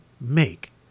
make